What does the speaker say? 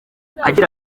agira